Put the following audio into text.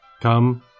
Come